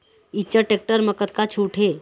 Eicher tractor म कतका छूट हे?